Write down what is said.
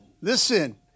listen